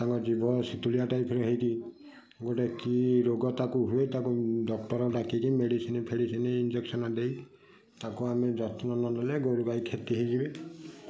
ତାଙ୍କ ଜିଭ ସିତୁଳିଆ ଟାଇପର ହେଇକି ଗୋଟେ କି ରୋଗ ତାକୁ ହୁଏ ତାକୁ ଡକ୍ଟର ଡାକିକି ମେଡ଼ିସିନ ଫେଡ଼ିସିନି ଇଞ୍ଜେକ୍ସନ ଦେଇ ତାକୁ ଆମେ ଯତ୍ନ ନ ନେଲେ ଗୋରୁ ଗାଈ କ୍ଷେତି ହେଇଯିବେ